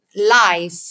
life